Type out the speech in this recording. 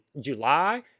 july